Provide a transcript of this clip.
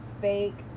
fake